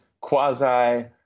quasi